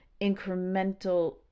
incremental